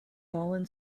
fallen